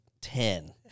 ten